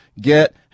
get